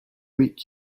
week